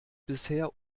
bisher